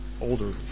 older